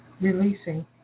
releasing